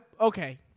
Okay